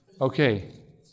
Okay